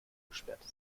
beschwerte